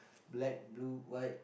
black blue white